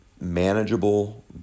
manageable